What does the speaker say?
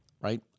right